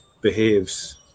behaves